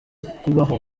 kubaho